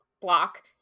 block